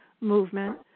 movement